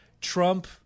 Trump